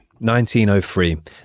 1903